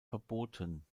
verboten